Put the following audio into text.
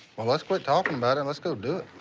let's quit talking about it and let's go do it.